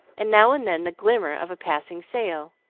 and now and then the glimmer of a passing sail.